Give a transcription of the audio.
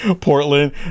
portland